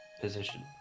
position